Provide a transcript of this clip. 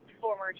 former